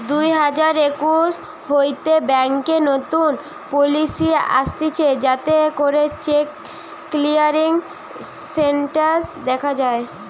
দুই হাজার একুশ হইতে ব্যাংকে নতুন পলিসি আসতিছে যাতে করে চেক ক্লিয়ারিং স্টেটাস দখা যায়